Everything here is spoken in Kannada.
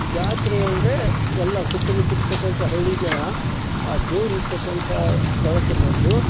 ಜಾತ್ರೆ ಅಂದರೆ ಎಲ್ಲ ಸುತ್ತ ಮುತ್ತ ಇರತಕ್ಕಂಥ ಹಳ್ಳಿ ಜನ ಆ ದೇವರು ಇರತಕ್ಕಂಥ ಸ್ಥಳಕ್ಕೆ ಬಂದು